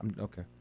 Okay